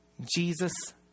Jesus